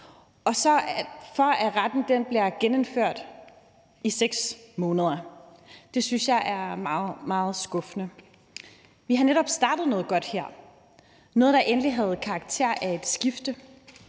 at gå, for at retten så bliver genindført i 6 måneder. Det synes jeg er meget, meget skuffende. Vi har netop startet noget godt her. Det er noget, der endelig har karakter af et skifte,